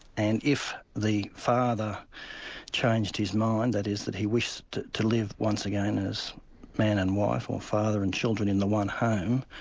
and if the father changed his mind, that is, that he wished to live once again as man and wife, or father and children in the one home,